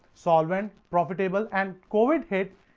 solvent, profitable, and covid hit,